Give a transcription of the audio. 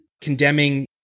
condemning